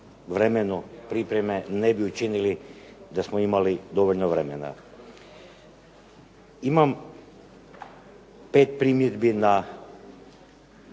vremenu pripreme ne bi učinili da smo imali dovoljno vremena. Imam 5 primjedbi na